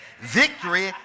Victory